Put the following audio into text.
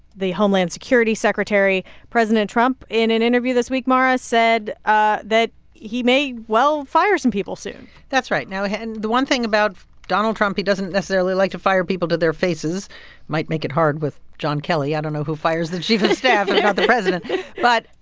the homeland security secretary. president trump, in an interview this week, mara, said ah that he may well fire some people soon that's right. now, yeah and the one thing about donald trump, he doesn't necessarily like to fire people to their faces might make it hard with john kelly. i don't know who fires the chief of staff if not the president but,